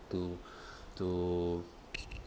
to to